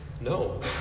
No